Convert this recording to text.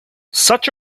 such